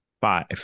Five